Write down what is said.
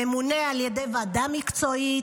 ממונה על ידי ועדה מקצועית,